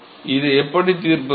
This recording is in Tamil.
இதை எப்படி தீர்ப்பது